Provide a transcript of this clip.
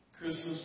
Christmas